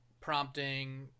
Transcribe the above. prompting